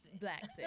Blacks